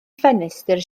ffenestr